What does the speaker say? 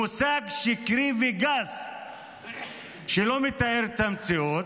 מושג שקרי וגס שלא מתאר את המציאות.